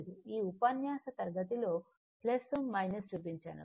ఈ ఉపన్యాస తరగతిలో చూపించాను